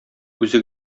үзе